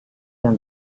yang